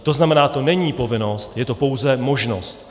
To znamená, to není povinnost, je to pouze možnost.